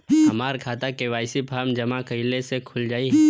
हमार खाता KYC form जमा कइले से खुल जाई?